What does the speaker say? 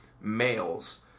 males